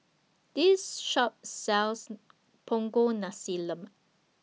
This Shop sells Punggol Nasi Lemak